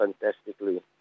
fantastically